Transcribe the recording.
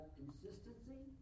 consistency